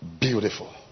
Beautiful